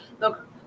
Look